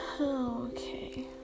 Okay